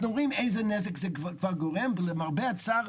רואים איזה נזק זה כבר גורם ולמרבה הצער,